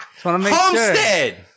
Homestead